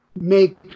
make